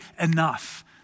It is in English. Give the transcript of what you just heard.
enough